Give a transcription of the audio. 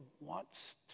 wants